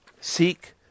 seek